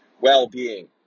well-being